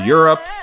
Europe